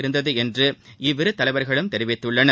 இருந்தது என்று இவ்விரு தலைவர்களும் தெரிவித்துள்ளனர்